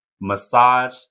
massage